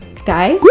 guys,